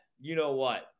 you-know-what